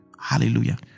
Hallelujah